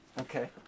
Okay